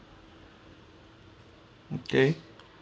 okay